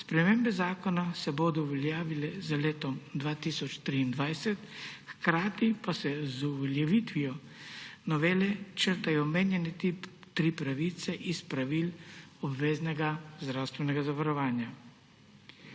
Spremembe zakona se bodo uveljavile z letom 2023, hkrati pa se z uveljavitvijo novele črtajo omenjene tri pravice iz pravil obveznega zdravstvenega zavarovanja.